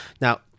now